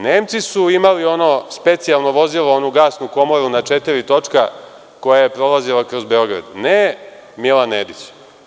Nemci su imali ono specijalno vozilo, onu gasnu komoru na četiri točka koje je prolazilo kroz Beograd, ne Milan Nedić.